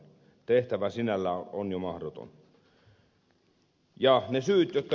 tehtävä sinällään jo on mahdoton